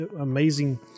amazing